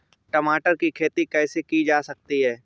टमाटर की खेती कैसे की जा सकती है?